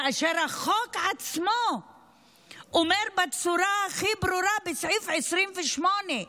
כאשר החוק עצמו אומר בצורה הכי ברורה בסעיף 28: